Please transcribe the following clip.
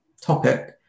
topic